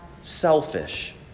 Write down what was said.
selfish